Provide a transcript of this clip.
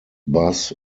bass